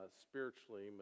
spiritually